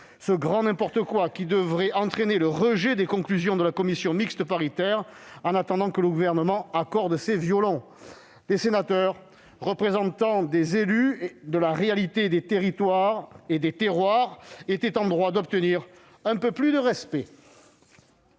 Ce grand n'importe quoi devrait entraîner le rejet des conclusions de la commission mixte paritaire en attendant que le Gouvernement accorde ses violons. Les sénateurs, représentant des élus de la réalité des terroirs et des territoires, étaient en droit d'obtenir un peu plus de respect.